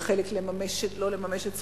וחלק החליטו לא לממש את זכותם,